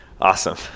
awesome